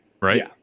Right